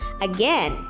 Again